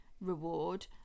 reward